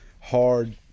hard